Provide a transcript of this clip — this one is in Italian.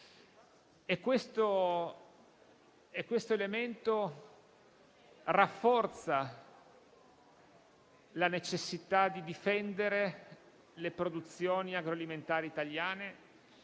E tale elemento rafforza la necessità di difendere le produzioni agroalimentari italiane,